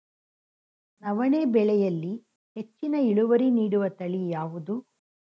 ನವಣೆ ಬೆಳೆಯಲ್ಲಿ ಹೆಚ್ಚಿನ ಇಳುವರಿ ನೀಡುವ ತಳಿ ಯಾವುದು?